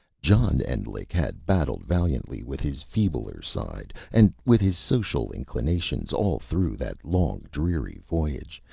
john endlich had battled valiantly with his feebler side, and with his social inclinations, all through that long, dreary voyage,